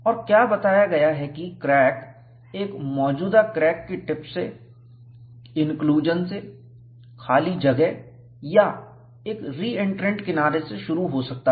और क्या बताया गया है कि क्रैक एक मौजूदा क्रैक की टिप से इंक्लूजन से खाली जगह वॉइड या एक रीएंट्रेंट किनारे से शुरू हो सकता है